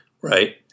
right